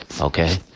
Okay